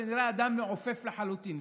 זה נראה אדם מעופף לחלוטין.